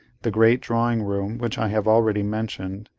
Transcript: the great drawing-room, which i have already mentioned,